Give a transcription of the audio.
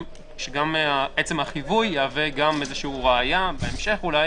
ועצם החיווי יהווה גם איזה ראיה בהמשך אולי